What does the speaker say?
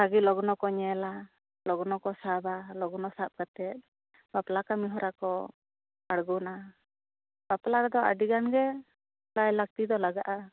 ᱵᱷᱟᱹᱜᱮ ᱞᱚᱜᱱᱚ ᱠᱚ ᱧᱮᱞᱟ ᱞᱚᱜᱱᱚ ᱠᱚ ᱥᱟᱵᱟ ᱞᱚᱜᱱᱚ ᱥᱟᱵ ᱠᱟᱛᱮᱫ ᱵᱟᱯᱞᱟ ᱠᱟᱹᱢᱤ ᱦᱚᱨᱟ ᱠᱚ ᱟᱲᱜᱳᱱᱟ ᱵᱟᱯᱞᱟ ᱨᱮᱫᱚ ᱟᱹᱰᱤ ᱜᱟᱱ ᱜᱮ ᱞᱟᱹᱭ ᱞᱟᱹᱠᱛᱤ ᱫᱚ ᱞᱟᱜᱟᱜᱼᱟ